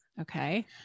Okay